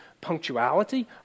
punctuality